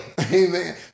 amen